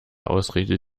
ausrede